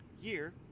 year